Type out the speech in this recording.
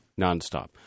nonstop